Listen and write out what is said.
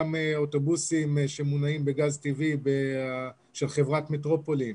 גם אוטובוסים שמונעים בגז טבעי של חברת מטרופולין